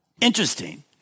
Interesting